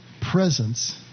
presence